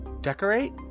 Decorate